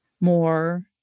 more